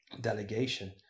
delegation